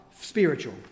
spiritual